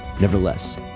Nevertheless